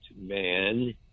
man